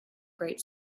great